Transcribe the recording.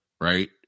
Right